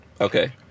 okay